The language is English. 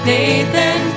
Nathan